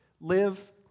Live